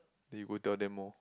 then you go tell them more